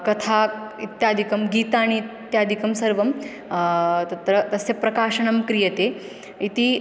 कथा इत्यादिकं गीतानि इत्यादिकं सर्वं तत्र तस्य प्रकाशनं क्रियते इति